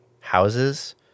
houses